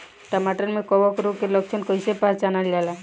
टमाटर मे कवक रोग के लक्षण कइसे पहचानल जाला?